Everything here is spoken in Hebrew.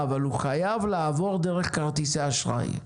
אבל הוא חייב לעבור דרך כרטיסי אשראי.